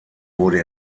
wurde